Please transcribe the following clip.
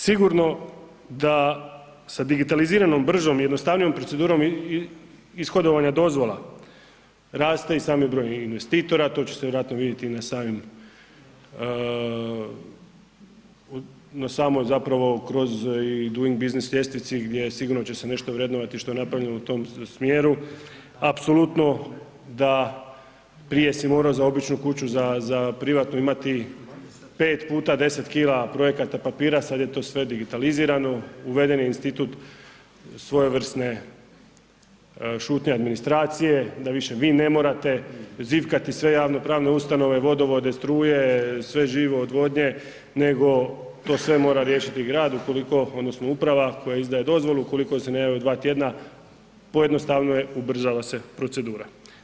Sigurno da sa digitaliziranom, bržom i jednostavnijom procedurom ishodovanja dozvola raste i sami broj investitora, to će se vjerojatno viditi i na samim, na samoj zapravo kroz i Doing Business ljestvici gdje sigurno će se nešto vrednovati što je napravljeno u tom smjeru, apsolutno da prije si moro za običnu kuću, za, za privatnu imati pet puta 10 kg projekata papira, sad je to sve digitalizirano, uveden je institut svojevrsne šutnje administracije da više vi ne morate zivkati sve javnopravne ustanove, vodovode, struje, sve živo, odvodnje, nego to sve mora riješiti grad ukoliko odnosno uprava koja izdaje dozvolu, ukoliko joj se ne javi u dva tjedna, pojednostavilo je, ubrzala se procedura.